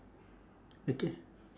okay